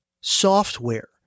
software